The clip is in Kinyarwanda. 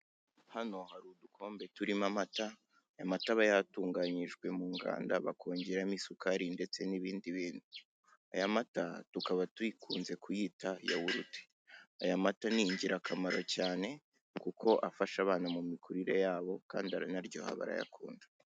Hano hari udukombe turimo amata, amata aba yatunganyirijwe mu nganda akongerwamo isukari ndetse n'ibindi bintu. Aya mata tukaba dukunze kuyita yawurute, aya mata ni ingirakamaro cyane kuko afasha abana mu mikurire yabo kandi aranaryoha barayakunda.